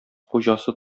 хуҗасы